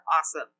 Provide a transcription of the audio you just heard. awesome